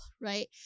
right